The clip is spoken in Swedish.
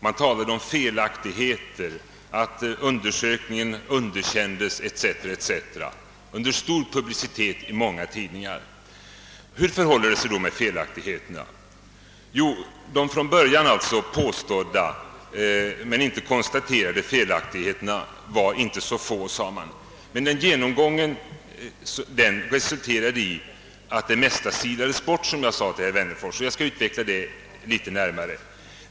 Det talades om många felaktigheter, att undersökningen underkänts etc. — allt under stor publicitet i många tidningar. Hur förhåller det sig då med felaktigheterna? De från början påstådda men inte konstaterade felaktigheterna var inte så få, sade man, men en genom gång resulterade i att de flesta silades bort, som jag redan sagt till herr Wennerfors, och jag skall nu utveckla detta litet närmare.